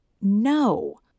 No